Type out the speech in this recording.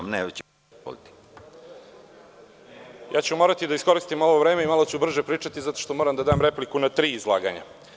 Moraću da iskoristim ovo vreme i malo ću brže pričati zato što moram da dam repliku na tri izlaganja.